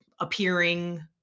appearing